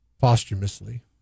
posthumously